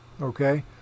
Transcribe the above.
Okay